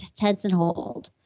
tense and hold.